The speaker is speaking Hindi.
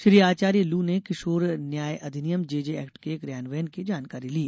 श्री आचार्युलू ने किशोर न्याय अधिनियम जेजे एक्ट के क्रियान्वन की जानकारी ली